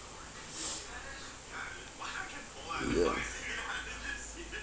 yeah